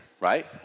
right